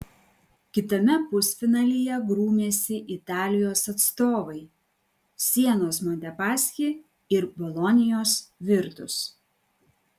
kitame pusfinalyje grūmėsi italijos atstovai sienos montepaschi ir bolonijos virtus